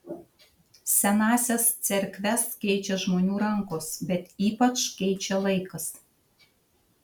senąsias cerkves keičia žmonių rankos bet ypač keičia laikas